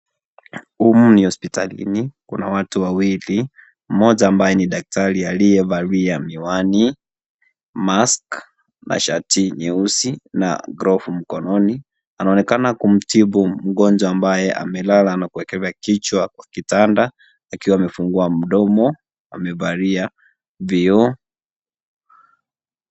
Humu ni hospitalini. Kuna watu wawili, mmoja ambaye ni daktari aliyevalia miwani, mask, mashati nyeusi, na glovu mkononi. Anaonekana kumtibu mgonjwa ambaye amelala na kuwekeza kichwa kwa kitanda, akiwa amefungua mdomo. Amevalia vioo.